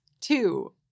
Two